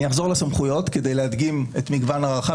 אני אחזור לסמכויות כדי להדגים את המגוון הרחב